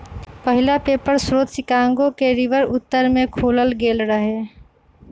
पहिला पेपर स्रोत शिकागो के रिवर उत्तर में खोलल गेल रहै